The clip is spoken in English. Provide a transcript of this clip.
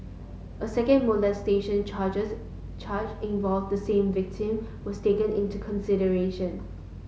a second molestation charges charge involved the same victim was taken into consideration